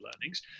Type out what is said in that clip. learnings